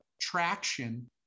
traction